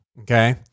okay